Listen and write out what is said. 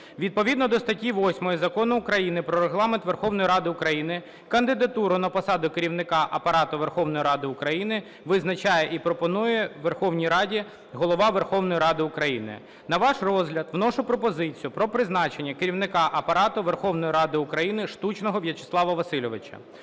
Відповідно до статті 8 Закону України "Про Регламент Верховної Ради України" кандидатуру на посаду Керівника Апарату Верховної Ради України визначає і пропонує у Верховній Раді Голова Верховної Ради України. На ваш розгляд вношу пропозицію про призначення Керівника Апарату Верховної Ради України Штучного Вячеслава Васильовича.